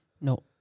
No